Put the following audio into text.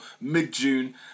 mid-June